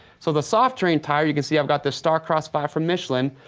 so the soft terrain tire, you can see i've got this starcross five from michelin,